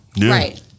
Right